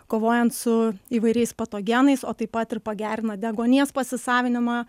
kovojant su įvairiais patogenais o taip pat ir pagerina deguonies pasisavinimą